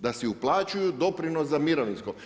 Da si uplaćuju doprinos za mirovinsko.